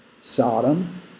Sodom